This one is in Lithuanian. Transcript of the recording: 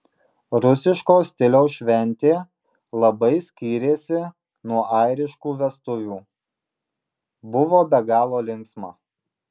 rusiško stiliaus šventė labai skyrėsi nuo airiškų vestuvių buvo be galo linksma